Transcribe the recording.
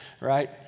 right